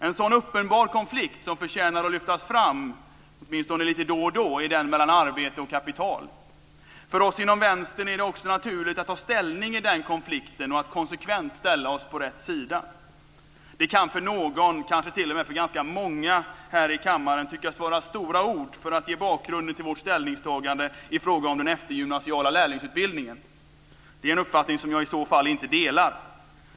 En sådan uppenbar konflikt som förtjänar att lyftas fram åtminstone lite då och då är den mellan arbete och kapital. För oss inom Vänstern är det också naturligt att ta ställning i den konflikten och att konsekvent ställa oss på rätt sida. Det kan för någon, kanske t.o.m. för ganska många här i kammaren, tyckas vara stora ord för att ge bakgrunden till vårt ställningstagande i fråga om den eftergymnasiala lärlingsutbildningen. Det är en uppfattning som jag i så fall inte delar.